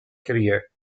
career